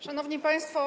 Szanowni Państwo!